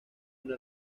una